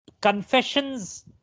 Confessions